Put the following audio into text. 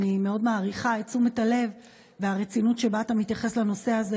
אני מאוד מעריכה את תשומת הלב והרצינות שבה אתה מתייחס לנושא הזה,